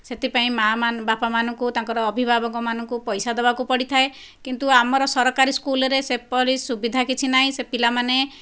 ସେଥିପାଇଁ ମା' ମାନେ ବାପା ମାନଙ୍କୁ ତାଙ୍କର ଅଭିଭାବକ ମାନଙ୍କୁ ପଇସା ଦେବାକୁ ପଡ଼ିଥାଏ କିନ୍ତୁ ଆମର ସରକାରୀ ସ୍କୁଲରେ ସେପରି ସୁବିଧା କିଛି ନାହିଁ ସେ ପିଲାମାନେ